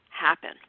happen